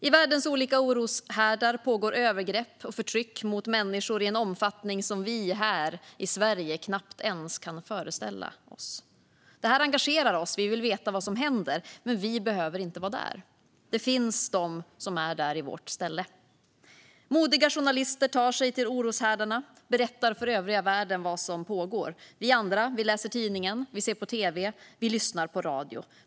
I världens olika oroshärdar pågår övergrepp och förtryck mot människor i en omfattning som vi här i Sverige knappt ens kan föreställa oss. Det här engagerar oss. Vi vill veta vad som händer. Men vi behöver inte vara där. Det finns de som är där i vårt ställe. Modiga journalister tar sig till oroshärdarna och berättar för övriga världen vad som pågår. Vi andra läser tidningen, ser på tv och lyssnar på radio.